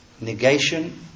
negation